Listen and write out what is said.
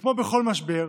כמו בכל משבר,